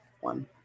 One